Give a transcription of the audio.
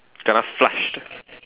kena flushed